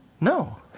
No